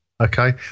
okay